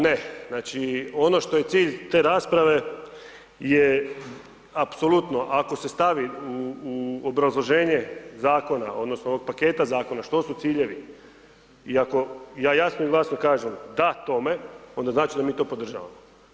Ne, znači ono što je cilj te rasprave je apsolutno, ako se stavi u obrazloženje zakona, odnosno ovog paketa zakona, što su ciljevi i ako ja jasno i glasno kažem da tome, onda znači da mi to podržavamo.